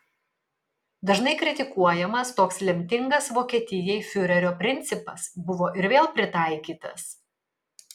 dažnai kritikuojamas toks lemtingas vokietijai fiurerio principas buvo ir vėl pritaikytas